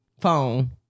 phone